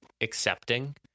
accepting